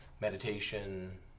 meditation